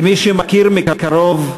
כמי שמכיר מקרוב,